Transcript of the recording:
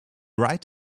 right